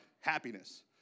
happiness